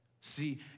See